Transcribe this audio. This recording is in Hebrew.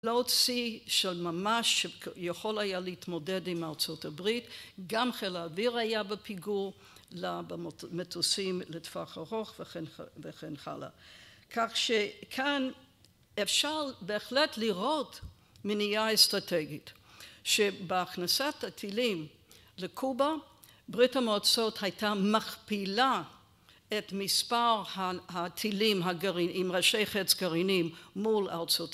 לא צי של ממש שיכול היה להתמודד עם ארה״ב, גם חיל האוויר היה בפיגור, במטוסים לטווח ארוך וכן הלאה. כך שכאן אפשר בהחלט לראות מניעה אסטרטגית, שבהכנסת הטילים לקובה, ברית המעצות הייתה מכפילה את מספר הטילים הגרעין עם ראשי חץ גרעינים מול ארצות...